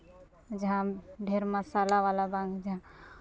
ᱡᱟᱦᱟᱸ ᱰᱷᱮᱹᱨ ᱢᱟᱥᱟᱞᱟ ᱵᱟᱞᱟ ᱵᱟᱝ ᱡᱟᱦᱟᱸ